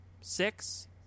six